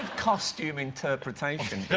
costume interpretation.